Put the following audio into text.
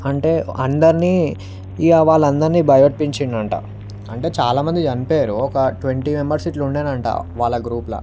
అంటే అందర్నీ ఇక వాళ్ళదరినీ బయోట్పించిందంట అంటే చాలామంది చనిపోయారు ఒక ట్వంటీ మెంబర్సు ఇట్లా ఉండెనంట వాళ్ళ గ్రూపుల